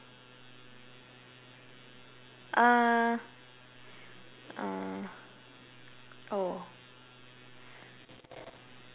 uh uh oh